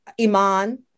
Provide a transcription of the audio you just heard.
Iman